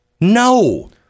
no